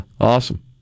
awesome